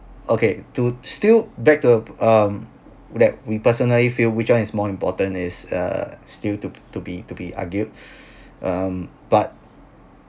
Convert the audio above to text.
okay to still back to the um that we personally feel which one is more important is uh still to to be to be argued um but